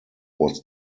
was